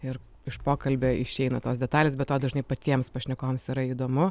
ir iš pokalbio išeina tos detalės be to dažnai patiems pašnekovams yra įdomu